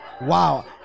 wow